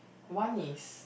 one is